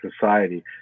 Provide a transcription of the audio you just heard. society